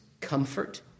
comfort